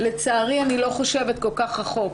"לצערי אני לא חושבת כל כך רחוק,